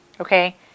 okay